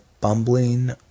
bumbling